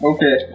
Okay